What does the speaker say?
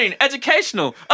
educational